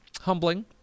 humbling